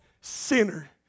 sinner